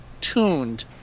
tuned